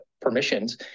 permissions